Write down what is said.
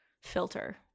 filter